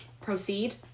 proceed